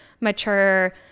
mature